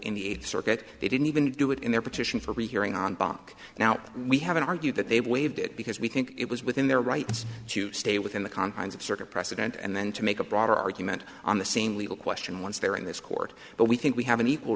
in the eighth circuit they didn't even do it in their petition for rehearing on bach now we haven't argued that they waived it because we think it was within their rights to stay within the confines of circuit precedent and then to make a broader argument on the same legal question once they're in this court but we think we have an equal